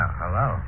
hello